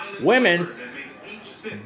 women's